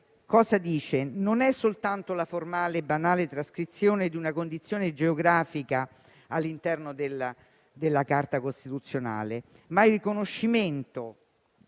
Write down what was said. fondamentale: non è soltanto la formale e banale trascrizione di una condizione geografica all'interno della Carta costituzionale, ma il riconoscimento